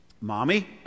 Mommy